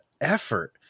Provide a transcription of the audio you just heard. effort